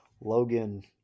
Logan